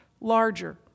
larger